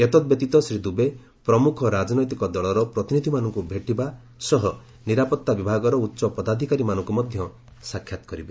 ଏତଦ୍ବ୍ୟତୀତ ଶ୍ରୀ ଦୁବେ ପ୍ରମୁଖ ରାଜନୈତିକ ଦଳର ପ୍ରତିନିଧିମାନଙ୍କୁ ଭେଟିବା ସହ ନିରାପତ୍ତା ବିଭାଗର ଉଚ୍ଚ ପଦାଧିକାରୀମାନଙ୍କୁ ମଧ୍ୟ ସାକ୍ଷାତ୍ କରିବେ